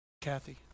Kathy